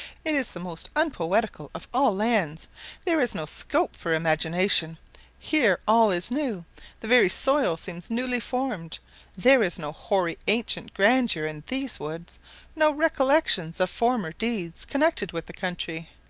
it is the most unpoetical of all lands there is no scope for imagination here all is new the very soil seems newly formed there is no hoary ancient grandeur in these woods no recollections of former deeds connected with the country.